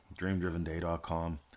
DreamDrivenDay.com